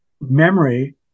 memory